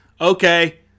okay